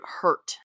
hurt